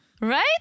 Right